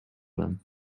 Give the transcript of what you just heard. them